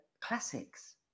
classics